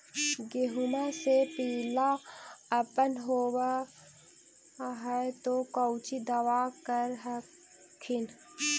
गोहुमा मे पिला अपन होबै ह तो कौची दबा कर हखिन?